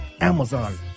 Amazon